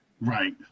Right